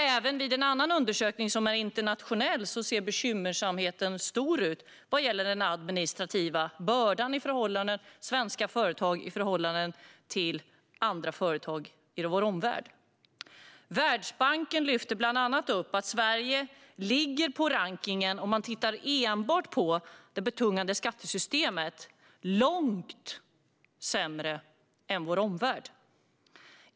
Även i en annan internationell undersökning är bekymret stort vad gäller den administrativa bördan i svenska företag i förhållande till andra företag i vår omvärld. Världsbanken lyfter bland annat upp att Sverige i rankningen ligger, om man tittar enbart på det betungande skattesystemet, långt sämre än till vår omvärld.